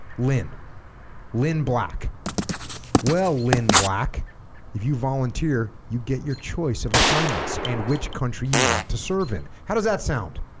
lynn lynn black well lynn black if you volunteer you get your choice of assignments and which country you want to serve in how does that sound